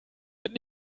wird